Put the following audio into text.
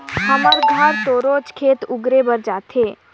हमर घर तो रोज खेत अगुरे बर जाथे